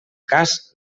cas